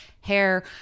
hair